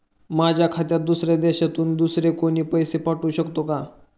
माझ्या खात्यात दुसऱ्या देशातून दुसरे कोणी पैसे पाठवू शकतो का?